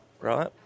right